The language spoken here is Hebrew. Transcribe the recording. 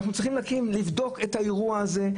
אנחנו צריכים לבדוק את האירוע הזה,